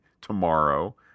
tomorrow